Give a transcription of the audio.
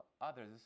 others